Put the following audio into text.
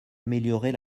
améliorer